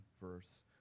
verse